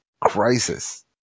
crisis